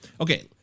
Okay